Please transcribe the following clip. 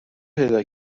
پیدا